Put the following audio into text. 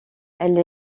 elle